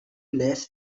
less